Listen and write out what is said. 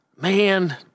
man